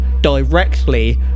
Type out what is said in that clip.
directly